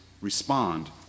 respond